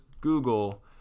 Google